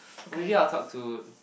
maybe I will talk to the